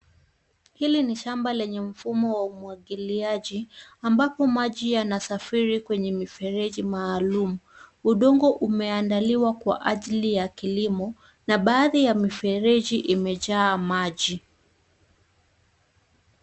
Hili ni shamba lenye mfumo wa umwagiliaji ambapo maji yanasafiri kwenye mifereji maalum. Udongo umeandaliwa kwa ajili ya kilimo na baadhi ya mifereji imejaa maji.